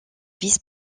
vice